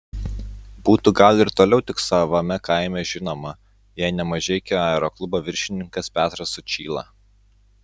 būtų gal ir toliau tik savame kaime žinoma jei ne mažeikių aeroklubo viršininkas petras sučyla